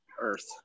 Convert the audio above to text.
Earth